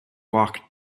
walked